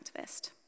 activist